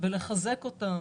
לחזק אותן